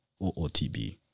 OOTB